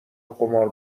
قمار